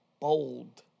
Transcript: bold